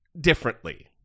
differently